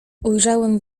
ujrzałem